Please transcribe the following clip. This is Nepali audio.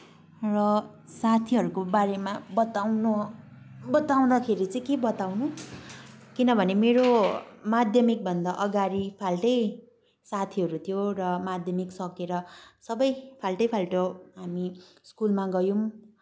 र साथीहरूको बारेमा बताउनु बताउँदाखेरि चाहिँ के बताउनु किनभने मेरो माध्यमिकभन्दा अगाडि फाल्टै साथीहरू थियो र माध्यमिक सकिएर सबै फाल्टै फाल्टो हामी स्कुलमा गयौँ